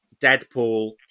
Deadpool